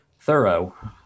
thorough